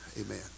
Amen